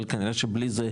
אבל כנראה שבלי זה,